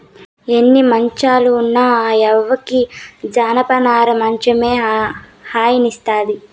ఎన్ని మంచాలు ఉన్న ఆ యవ్వకి జనపనార మంచమే హాయినిస్తాది